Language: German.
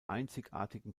einzigartigen